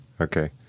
Okay